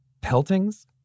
peltings